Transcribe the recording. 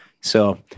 So-